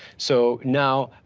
so now,